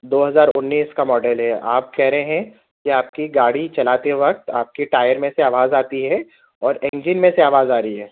دو ہزار اُنیس كا ماڈل ہے آپ كہہ رہے ہیں کہ آپ کی گاڑی چلاتے وقت آپ کے ٹائر میں سے آواز آتی ہے اور انجن میں سے آواز آ رہی ہے